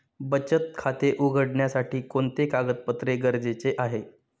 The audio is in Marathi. बचत खाते उघडण्यासाठी कोणते कागदपत्रे गरजेचे आहे?